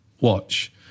watch